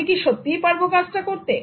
আমি কি সত্যিই পারবো কাজটা করতে